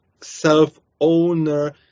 self-owner